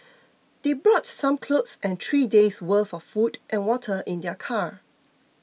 they brought some clothes and three days' worth of food and water in their car